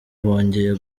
bongeye